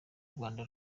rwanda